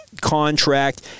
contract